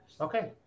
Okay